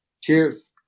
Cheers